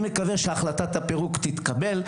אני מקווה שהחלטת הפירוק תתקבל.